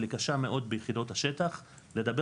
אבל היא קשה מאוד ביחידות השטח לדבר